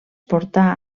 portà